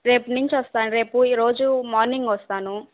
రేపు నుంచి వస్తాను రేపు ఈరోజు మార్నింగ్ వస్తాను